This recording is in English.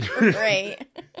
Right